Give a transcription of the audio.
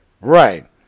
Right